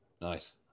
nice